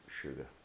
sugar